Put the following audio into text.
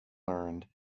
learned